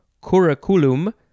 curriculum